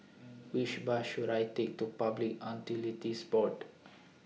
Which Bus should I Take to Public Utilities Board